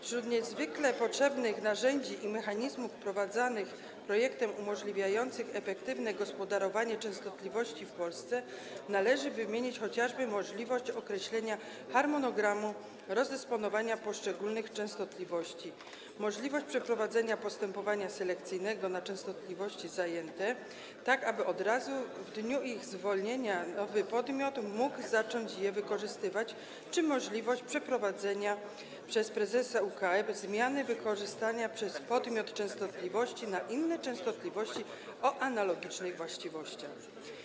Wśród niezwykle potrzebnych narzędzi i mechanizmów wprowadzanych projektem, umożliwiających efektywne gospodarowanie częstotliwościami w Polsce, należy wymienić chociażby możliwość określenia harmonogramu rozdysponowania poszczególnych częstotliwości, możliwość przeprowadzenia postępowania selekcyjnego na częstotliwości zajęte, tak aby od razu w dniu ich zwolnienia nowy podmiot mógł zacząć je wykorzystywać, czy możliwość przeprowadzenia przez prezesa UKE zamiany wykorzystania przez podmiot częstotliwości na inne częstotliwości o analogicznych właściwościach.